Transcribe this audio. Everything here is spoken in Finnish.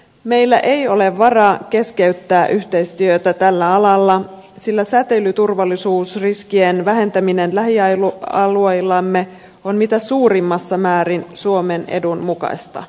meillä ei ole varaa keskeyttää yhteistyötä tällä alalla sillä säteilyturvallisuusriskien vähentäminen lähialueillamme on mitä suurimmassa määrin suomen edun mukaista